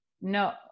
no